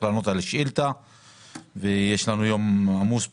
לענות על שאילתה ויש לנו יום עמוס בכנסת.